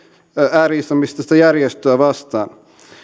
ääri islamistista isis järjestöä vastaan